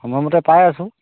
সময়মতে পাই আছো